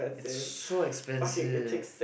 it's so expensive